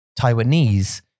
Taiwanese